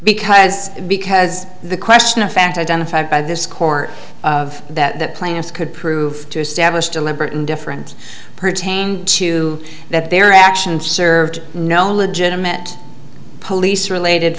because because the question of fact identified by this court that plants could prove to establish deliberate indifference pertaining to that their actions served no legitimate police related